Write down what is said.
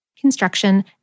construction